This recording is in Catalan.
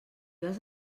vas